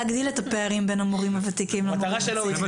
הוא הצליח להגדיל את הפערים בין המורים הוותיקים והמורים החדשים.